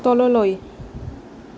তললৈ